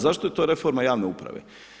Zašto je to reforma javne uprave?